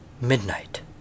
Midnight